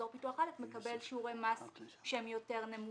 אזור פיתוח א' מקבל שיעורי מס שהם יותר נמוכים.